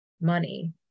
money